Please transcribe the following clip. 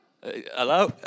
Hello